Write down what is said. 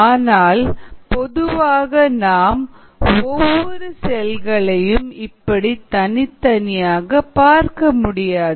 ஆனால் பொதுவாக நாம் ஒவ்வொரு செல்களையும் இப்படி தனித்தனியாக பார்க்க முடியாது